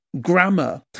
grammar